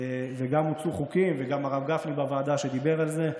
גם הוצעו חוקים וגם הרב גפני בוועדה דיבר על זה,